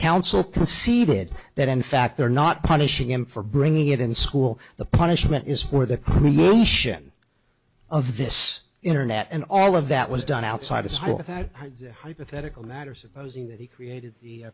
counsel conceded that in fact they're not punishing him for bringing it in school the punishment is for the creation of this internet and all of that was done outside the school hypothetical matter supposing that he created the